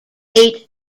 eight